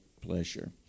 pleasure